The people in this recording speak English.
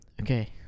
Okay